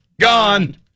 gone